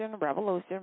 Revolution